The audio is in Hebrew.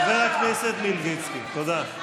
חבר הכנסת מלביצקי, תודה.